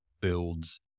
builds